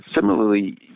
similarly